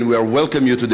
and we welcome you to the